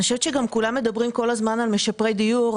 אני חושבת שכולם מדברים כל הזמן על משפרי דיור,